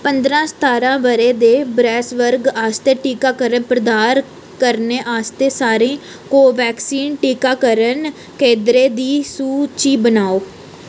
पंदरां सत्तारां ब'रे दे बरेस वर्ग आस्तै टीकाकरण प्रदान करने आह्ले सारे कोवैक्सीन टीकाकरण केंद्रें दी सूची बनाओ